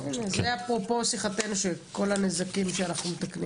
זה אפרופו שיחתנו על כל הנזקים שאנחנו מתקנים.